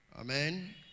Amen